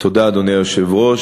תודה, אדוני היושב-ראש.